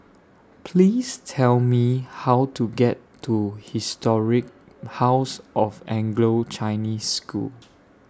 Please Tell Me How to get to Historic House of Anglo Chinese School